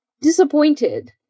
disappointed